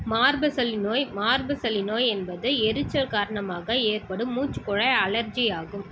மார்பு சளி நோய் மார்பு சளி நோய் என்பது எரிச்சல் காரணமாக ஏற்படும் மூச்சுக்குழாய் அலர்ஜி ஆகும்